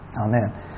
Amen